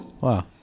Wow